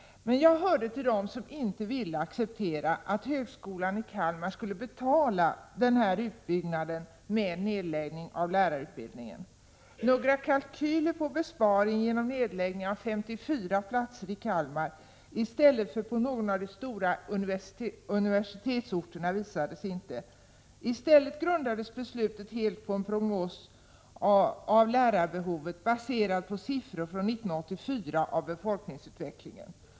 Men jag hörde till dem som inte ville acceptera att högskolan i Kalmar skulle ”betala” denna utbyggnad med nedläggning av lärarutbildningen. Några kalkyler på besparingen genom nedläggning av 54 platser i Kalmar i stället för på någon av de stora universitetsorterna visades inte. I stället grundades beslutet helt på en prognos för lärarbehovet baserad på siffror från 1984 om befolkningsutvecklingen.